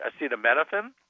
acetaminophen